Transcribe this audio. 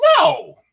No